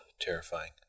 terrifying